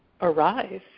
arise